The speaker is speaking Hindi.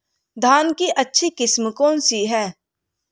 धान की अच्छी किस्म कौन सी है?